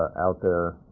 out there,